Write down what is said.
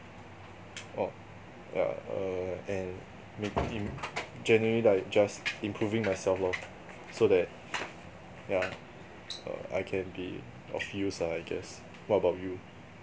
oh yeah err and making generally like just improving myself lor so that yeah err I can be of use lah I guess what about you